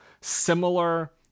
similar